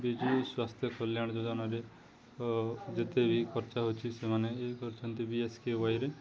ବିଜୁ ସ୍ୱାସ୍ଥ୍ୟ କଲ୍ୟାଣ ଯୋଜନାରେ ଯେତେ ବି ଖର୍ଚ୍ଚ ହେଉଛି ସେମାନେ ଇଏ କରିଛନ୍ତି ବିଏସ୍କେୱାଇରେ